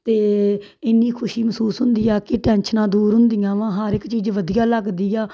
ਅਤੇ ਇੰਨੀ ਖੁਸ਼ੀ ਮਹਿਸੂਸ ਹੁੰਦੀ ਆ ਕਿ ਟੈਂਸ਼ਨਾਂ ਦੂਰ ਹੁੰਦੀਆਂ ਵਾ ਹਰ ਇੱਕ ਚੀਜ਼ ਵਧੀਆ ਲੱਗਦੀ ਆ